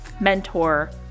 mentor